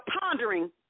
pondering